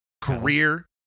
Career